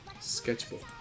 Sketchbook